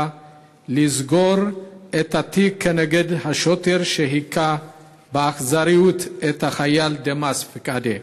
לסגור את התיק כנגד השוטר שהכה באכזריות את החייל דמאס פיקדה.